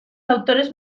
autores